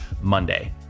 Monday